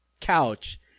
couch